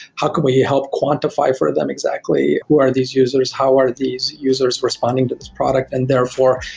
how can we help quantify for them exactly who are these users, how are these users responding to this product and therefore,